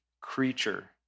creature